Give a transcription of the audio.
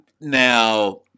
Now